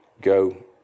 Go